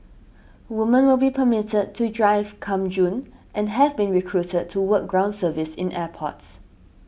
woman will be permitted to drive come June and have been recruited to work ground service in airports